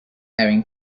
erin